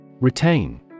Retain